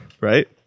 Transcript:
Right